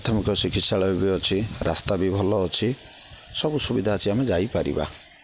ପ୍ରାଥମିକ ଚିକିତ୍ସାଳୟ ବି ଅଛି ରାସ୍ତା ବି ଭଲ ଅଛି ସବୁ ସୁବିଧା ଅଛି ଆମେ ଯାଇପାରିବା